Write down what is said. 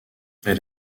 elle